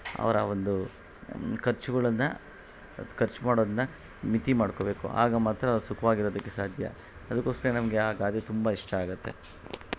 ಅವರ ಒಂದು ಖರ್ಚುಗಳನ್ನ ಖರ್ಚ್ ಮಾಡೋದನ್ನ ಮಿತಿ ಮಾಡ್ಕೊಬೇಕು ಆಗ ಮಾತ್ರ ಅವ್ರು ಸುಖ್ವಾಗಿರೋದಿಕೆ ಸಾಧ್ಯ ಅದಕ್ಕೋಸ್ಕರ ನಮಗೆ ಆ ಗಾದೆ ತುಂಬ ಇಷ್ಟ ಆಗುತ್ತೆ